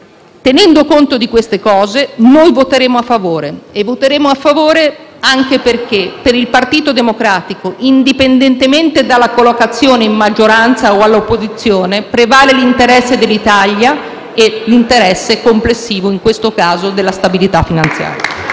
Tenendo conto di queste valutazioni, noi voteremo a favore. E voteremo a favore anche perché, per il Partito Democratico, indipendentemente dalla collocazione in maggioranza o all'opposizione, prevale l'interesse dell'Italia e l'interesse complessivo, in questo caso, della stabilità finanziaria.